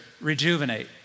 rejuvenate